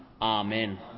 Amen